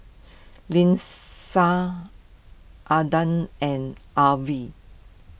Lynsey Adah and Arvel